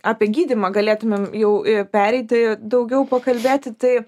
apie gydymą galėtumėm jau a pereiti daugiau pakalbėti tai